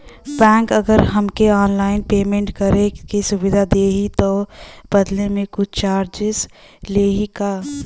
Bank अगर हमके online payment करे के सुविधा देही त बदले में कुछ चार्जेस लेही का?